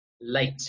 late